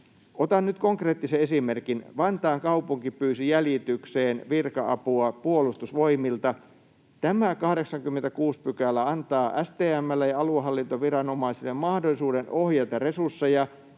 Otan nyt konkreettisen esimerkin: Vantaan kaupunki pyysi jäljitykseen virka-apua Puolustusvoimilta. Tämä 86 § antaa STM:lle ja aluehallintoviranomaisille mahdollisuuden ohjata sekä resursseja